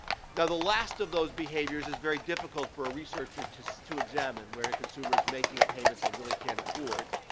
now, the last of those behaviors is very difficult for a researcher to to examine, where a consumer is making a payment they really can't afford,